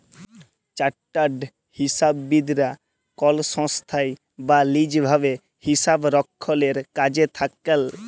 chartered হিসাববিদ রা কল সংস্থায় বা লিজ ভাবে হিসাবরক্ষলের কাজে থাক্যেল